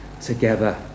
together